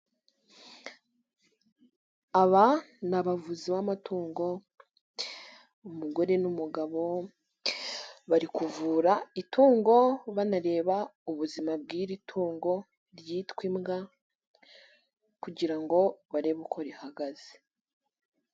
Aba ni abavuzi b'amatungo, umugore n'umugabo bari kuvura itungo banareba ubuzima bw'iri tungo ryitwa imbwa kugira ngo barebe uko rihagaze.